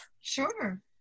Sure